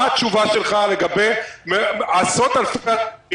מה התשובה שלך לגבי עשרות אלפי עסקים